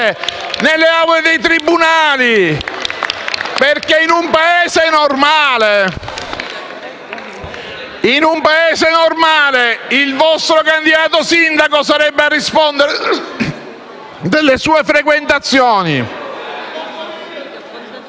nelle aule dei tribunali perché in un Paese normale il vostro candidato sindaco dovrebbe rispondere delle sue frequentazioni.